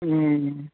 ए